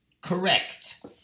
correct